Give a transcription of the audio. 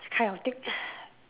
kind of thing